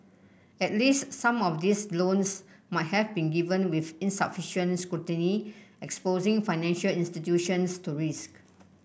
at least some of these loans might have been given with insufficient scrutiny exposing financial institutions to risk